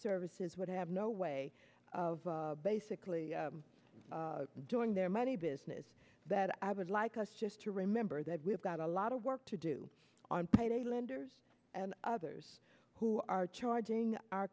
services would have no way of basically doing their money business that i would like us just to remember that we've got a lot of work to do on payday lenders and others who are charging our